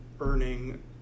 earning